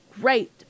great